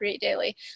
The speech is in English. Daily